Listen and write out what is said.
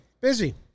Busy